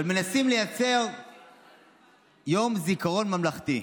מנסים לייצר יום זיכרון ממלכתי,